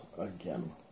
again